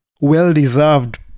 well-deserved